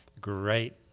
great